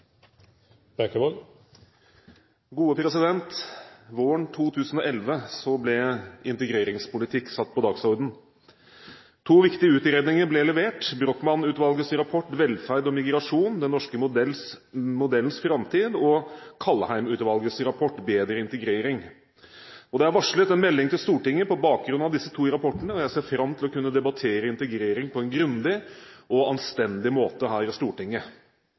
på gode tiltak som sparer mange for store smerter og store tap. Våren 2011 ble integreringspolitikk satt på dagsordenen. To viktige utredninger ble levert, Brochmann-utvalgets rapport «Velferd og migrasjon. Den norske modellens framtid» og Kaldheim-utvalgets rapport «Bedre integrering». Det er varslet en melding til Stortinget på bakgrunn av disse to rapportene, og jeg ser fram til å kunne debattere integrering på en grundig og anstendig måte her i Stortinget.